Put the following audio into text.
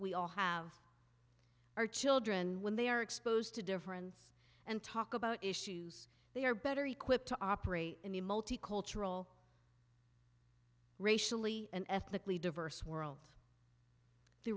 we all have our children when they are exposed to difference and talk about issues they are better equipped to operate in a multicultural racially and ethnically diverse world the